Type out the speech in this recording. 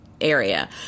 area